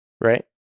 right